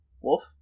Wolf